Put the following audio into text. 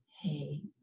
hey